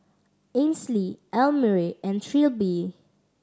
Ainsley Elmire and Trilby